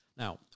Now